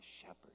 shepherd